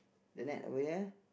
the net over there